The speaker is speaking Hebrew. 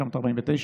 1957,